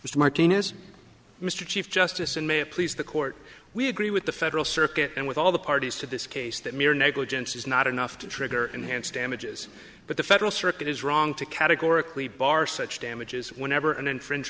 mr martinez mr chief justice in may it please the court we agree with the federal circuit and with all the parties to this case that mere negligence is not enough to trigger enhanced damages but the federal circuit is wrong to categorically bar such damages whenever an infringe